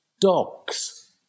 dogs